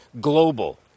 global